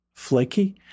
flaky